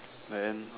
then